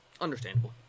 Understandable